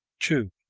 two.